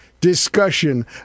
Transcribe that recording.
discussion